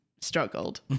struggled